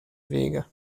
wege